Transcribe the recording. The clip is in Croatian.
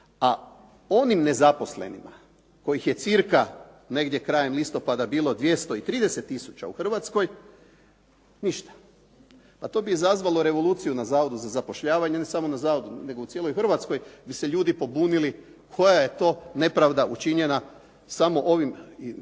a onim nezaposlenima kojih je cca negdje krajem listopada bilo 230000 u Hrvatskoj ništa. Pa to bi izazvalo revoluciju na zavodu za zapošljavanje, ne samo na zavodu, nego u cijeloj Hrvatskoj bi se ljudi pobunili koja je to nepravda učinjena samo ovim